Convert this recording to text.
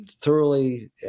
thoroughly